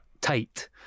tight